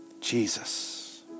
Jesus